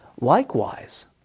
Likewise